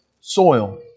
soil